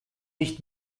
nicht